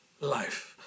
life